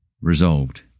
resolved